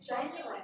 genuine